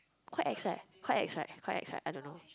quite ex right quite ex right quite ex right I don't know